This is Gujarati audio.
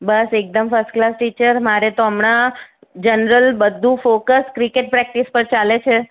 બસ એકદમ ફસ્ટ કલાસ ટીચર મારે તો હમણાં જનરલ બધું ફોકસ ક્રિકેટ પ્રેક્ટિસ પર ચાલે છે